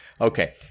Okay